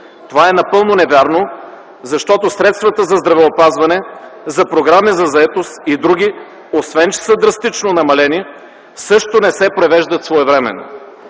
Това е напълно невярно, защото средствата за здравеопазване, за програми за заетост и други, освен че са драстично намалени също не се провеждат своевременно.